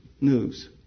News